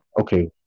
Okay